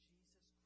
Jesus